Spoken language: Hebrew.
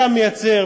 אתה מייצר,